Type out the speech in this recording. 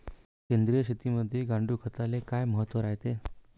सेंद्रिय शेतीमंदी गांडूळखताले काय महत्त्व रायते?